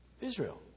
Israel